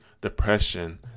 depression